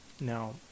Now